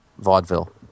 vaudeville